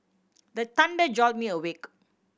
the thunder jolt me awake